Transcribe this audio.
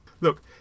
Look